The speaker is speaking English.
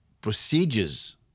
procedures